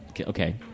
Okay